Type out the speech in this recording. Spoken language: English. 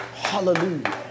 Hallelujah